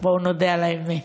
בואו נודה על האמת.